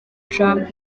trump